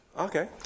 Okay